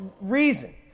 reason